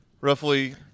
Roughly